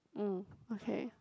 uh okay